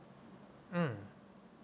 mm